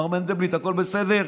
מר מנדלבליט, הכול בסדר?